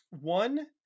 one